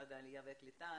משרד העלייה והקליטה,